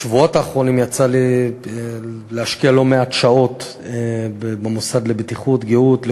בשבועות האחרונים יצא לי להשקיע לא מעט שעות במוסד לבטיחות ולגהות,